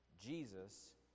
Jesus